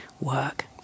work